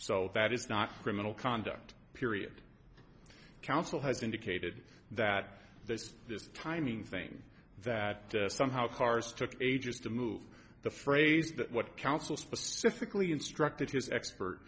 so that is not criminal conduct period counsel has indicated that there's this timing thing that somehow cars took ages to move the phrase but what counsel specifically instructed his expert